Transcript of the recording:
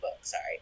sorry